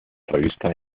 revista